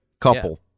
Couple